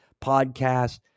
podcast